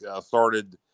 started